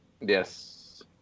Yes